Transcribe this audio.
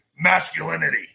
masculinity